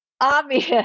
obvious